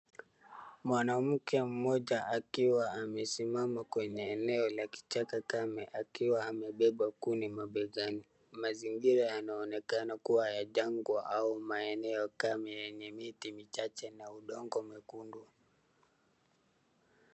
Mwanamke mmoja akiwa amesimama kwenye eneo la kichaka akiwa amebeba kuni mabegani, mazingira yanaonekana kuwa ya jangwa au maeneo kame yenye miti michache na udongo mwekundu.